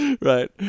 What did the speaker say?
Right